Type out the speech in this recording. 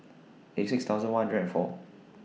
eighty six thousand one hundred and four